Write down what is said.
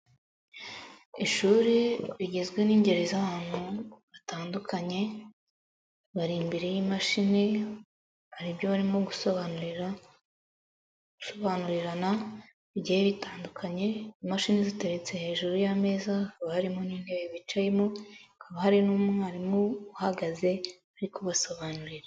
Ishuri rigizwe n'ingeri z'abantu batandukanye, bari imbere y'imashini, hari ibyo barimo gusobanurira, gusobanurirana bigiye bitandukanye, imashini ziteretse hejuru y'ameza, hakaba harimo n'intebe bicayemo, hakaba hari n'umwarimu uhagaze uri kubasobanurira.